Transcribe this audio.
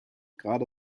gerade